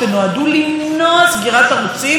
את הבייבי של הימין,